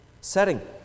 setting